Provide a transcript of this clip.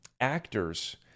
actors